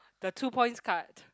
the two points card